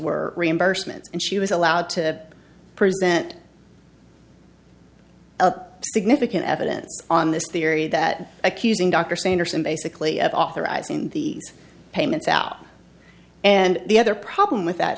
were reimbursements and she was allowed to present a significant evidence on this theory that accusing dr sanderson basically of authorizing the payments out and the other problem with that